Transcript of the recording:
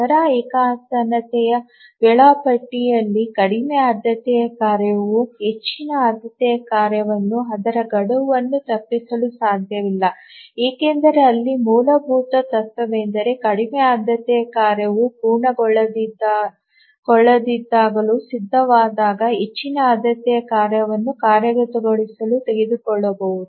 ದರ ಏಕತಾನತೆಯ ವೇಳಾಪಟ್ಟಿಯಲ್ಲಿ ಕಡಿಮೆ ಆದ್ಯತೆಯ ಕಾರ್ಯವು ಹೆಚ್ಚಿನ ಆದ್ಯತೆಯ ಕಾರ್ಯವನ್ನು ಅದರ ಗಡುವನ್ನು ತಪ್ಪಿಸಲು ಸಾಧ್ಯವಿಲ್ಲ ಏಕೆಂದರೆ ಇಲ್ಲಿ ಮೂಲಭೂತ ತತ್ವವೆಂದರೆ ಕಡಿಮೆ ಆದ್ಯತೆಯ ಕಾರ್ಯವು ಪೂರ್ಣಗೊಳ್ಳದಿದ್ದಾಗಲೂ ಸಿದ್ಧವಾದಾಗ ಹೆಚ್ಚಿನ ಆದ್ಯತೆಯ ಕಾರ್ಯವನ್ನು ಕಾರ್ಯಗತಗೊಳಿಸಲು ತೆಗೆದುಕೊಳ್ಳಲಾಗುವುದು